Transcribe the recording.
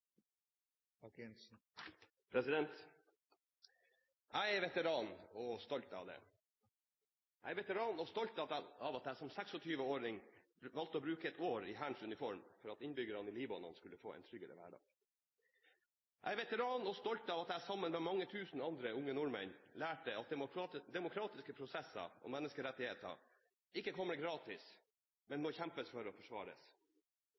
veteran og stolt av det. Jeg er veteran og stolt av at jeg som 26-åring valgte å bruke et år i Hærens uniform for at innbyggerne i Libanon skulle få en tryggere hverdag. Jeg er veteran og stolt av at jeg sammen med mange tusen andre unge nordmenn lærte at demokratiske prosesser og menneskerettigheter ikke kommer gratis, men må kjempes for og forsvares.